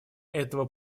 этого